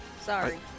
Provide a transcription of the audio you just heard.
sorry